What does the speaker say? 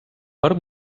per